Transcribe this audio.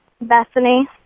Bethany